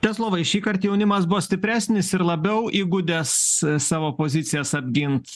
česlovai šįkart jaunimas buvo stipresnis ir labiau įgudęs savo pozicijas apgint